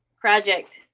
project